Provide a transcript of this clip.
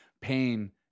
pain